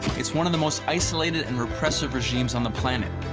it's one of the most isolated and repressive regimes on the planet.